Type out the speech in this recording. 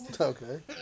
Okay